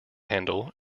handle